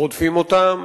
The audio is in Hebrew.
רודפים אותם,